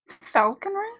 Falconry